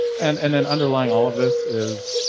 and and then underlying all of this is.